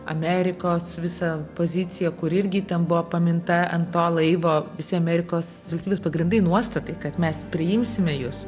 amerikos visą poziciją kur irgi ten buvo paminta ant to laivo visi amerikos valstybės pagrindai nuostatai kad mes priimsime jus